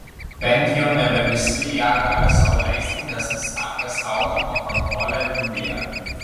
bent jau nebe visi ją gali sau leisti nes stavkės auga o kontrolė didėja